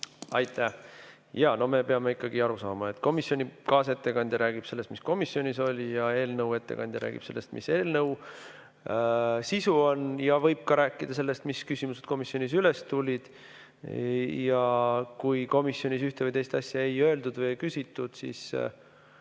Aitäh! No me peame ikkagi aru saama, et komisjoni kaasettekandja räägib sellest, mis komisjonis oli, ja eelnõu ettekandja räägib sellest, mis eelnõu sisu on, ja võib ka rääkida sellest, mis küsimused komisjonis üles tulid. Ja kui komisjonis ühte või teist asja ei öeldud või ei küsitud, siis